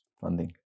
funding